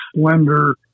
slender